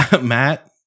Matt